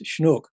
Schnook